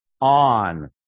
on